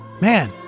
Man